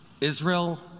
Israel